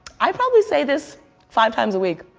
i probably say this five times a week.